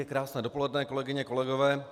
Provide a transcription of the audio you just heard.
Krásné dopoledne, kolegyně, kolegové.